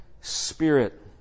spirit